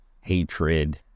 hatred